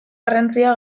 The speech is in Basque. garrantzia